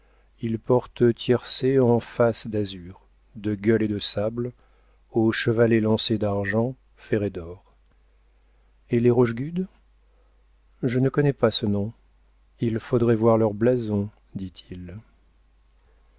ils portent tiercé en fasce d'azur de gueules et de sable au cheval élancé d'argent ferré d'or et les rochegude je ne connais pas ce nom il faudrait voir leur blason dit-il